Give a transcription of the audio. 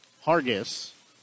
Hargis